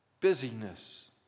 busyness